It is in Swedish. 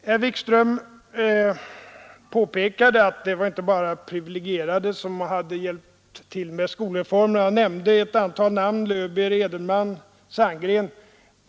Herr Wikström påpekade att det inte bara var privilegierade som hade hjälpt till med skolreformen och nämnde ett antal namn: Löwbeer, Edenman, Sandgren.